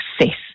success